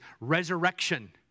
resurrection